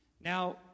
Now